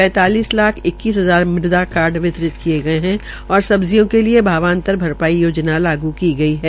पैंतालिस लाख इक्कीस हजार मृदा कार्ड वितरित किये गये है और सब्जियों के लिये भावांतर भरपाई योजना लोग की गई है